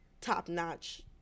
top-notch